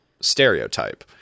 stereotype